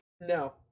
No